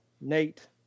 nate